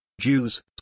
Jews